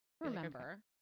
Remember